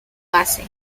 pase